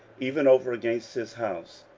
even over against his house.